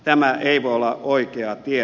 tämä ei voi olla oikea tie